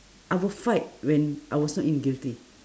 I will fight when I was not in guilty